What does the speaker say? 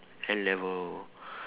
N-level